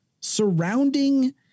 surrounding